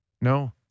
No